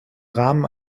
rahmen